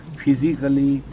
physically